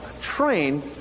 Train